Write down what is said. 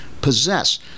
possess